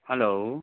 hello